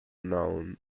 known